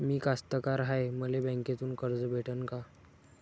मी कास्तकार हाय, मले बँकेतून कर्ज भेटन का?